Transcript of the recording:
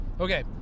Okay